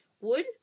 Wood